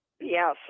Yes